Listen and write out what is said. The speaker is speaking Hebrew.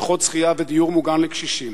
בריכות שחייה ודיור מוגן לקשישים.